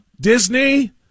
Disney